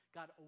God